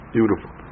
Beautiful